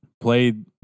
played